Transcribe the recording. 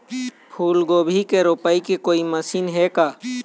फूलगोभी के रोपाई के कोई मशीन हे का?